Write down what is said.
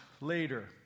later